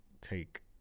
take